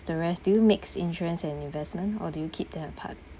the rest do you mix insurance and investment or do you keep them apart